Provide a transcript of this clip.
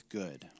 good